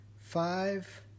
Five